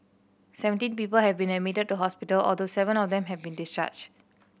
seventeen people have been admitted to hospital although seven of them have been discharged